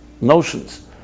notions